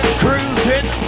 cruising